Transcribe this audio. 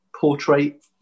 portrait